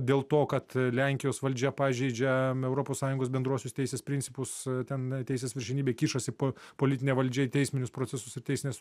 dėl to kad lenkijos valdžia pažeidžia europos sąjungos bendruosius teisės principus ten teisės viršenybė kišasi po politine valdžia į teisminius procesus ir teisines